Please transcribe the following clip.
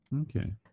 Okay